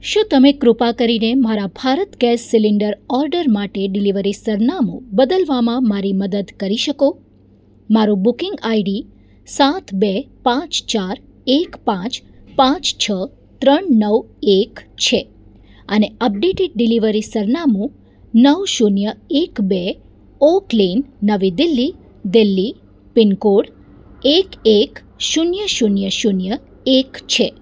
શું તમે કૃપા કરીને મારા ભારત ગેસ સિલિન્ડર ઓર્ડર માટે ડિલેવરી સરનામું બદલવામાં માંરી મદદ કરી શકો મારું બુકિંગ આઈડી સાત બે પાંચ ચાર એક પાંચ પાંચ છ ત્રણ નવ એક છે અને અપડેટેડ ડિલેવરી સરનામું નવ શૂન્ય એક બે ઓ કલેન નવી દિલ્હી દિલ્હી પિન કોડ એક એક શૂન્ય શૂન્ય શૂન્ય એક છે